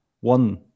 one